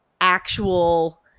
actual